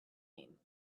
aim